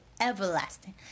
everlasting